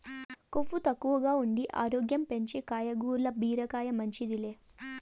కొవ్వు తక్కువగా ఉండి ఆరోగ్యం పెంచే కాయగూరల్ల బీరకాయ మించింది లే